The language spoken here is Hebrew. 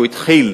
שהתחיל